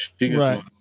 Right